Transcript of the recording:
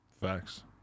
Facts